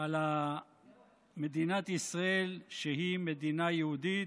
על מדינת ישראל, שהיא מדינה יהודית,